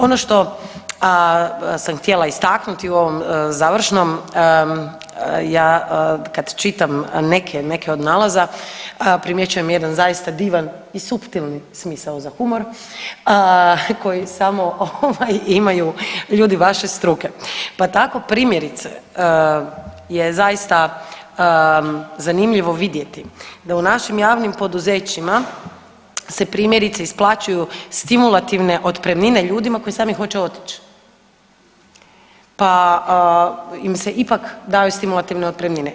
Ono što sam htjela istaknuti u ovom završnoj, ja kad čitam neke od nalaza, primjećujem jedan zaista divan i suptilni smisao za humor koji samo ovaj imaju ljudi vaše struke pa tako primjerice je zaista zanimljivo vidjeti da u našim javnim poduzećima se primjerice isplaćuju stimulativne otpremnine ljudima koji sami hoće otići pa im se ipak daju stimulativne otpremnine.